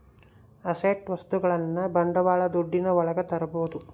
asset ವಸ್ತುಗಳನ್ನ ಬಂಡವಾಳ ದುಡ್ಡಿನ ಒಳಗ ತರ್ಬೋದು